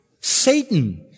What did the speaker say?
Satan